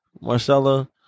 Marcella